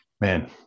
man